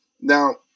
Now